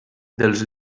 dels